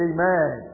Amen